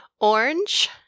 Orange